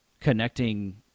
connecting